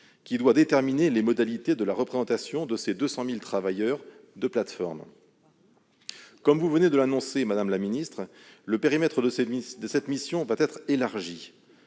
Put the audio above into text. qui doit déterminer les modalités de la représentation de ces 200 000 travailleurs de plateformes. Comme vous venez de l'annoncer, madame la ministre, le périmètre de cette mission sera élargi.